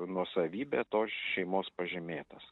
nuosavybė tos šeimos pažymėtas